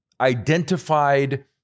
identified